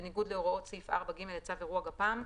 בניגוד להוראות סעיף 4(ג) לצו אירוע גפ"מ,